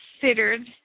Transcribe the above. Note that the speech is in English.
considered